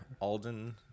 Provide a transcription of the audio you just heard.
Alden